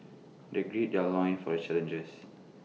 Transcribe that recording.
they gird their loins for the challenges